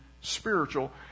spiritual